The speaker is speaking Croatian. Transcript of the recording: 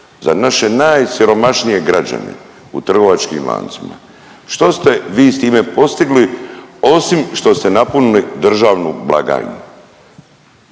za naše najsiromašnije građane u trgovačkim lancima. Što ste vi s time postigli osim što ste napunili državnu blagajnu?